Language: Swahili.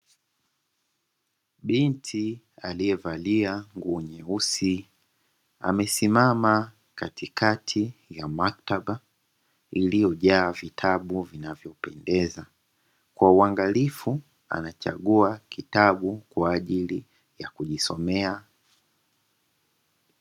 Binti aliyevalia nguo nyeusi amesimama katikati ya maktaba iliyojaa vitabu vinavyopendeza. Kwa uangalifu anachagua kitabu kwaajili ya kujisomea.